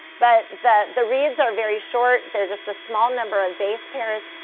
but the the reads are very short. there's just a small number of base pairs.